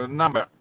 number